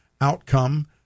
outcome